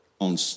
on